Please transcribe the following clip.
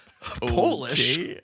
polish